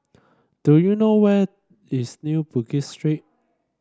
do you know where is New Bugis Street